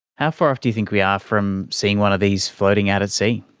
how far off do you think we are from seeing one of these floating out at sea?